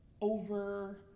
over